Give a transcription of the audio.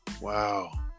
Wow